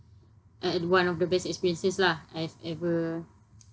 uh one of the best experiences lah I've ever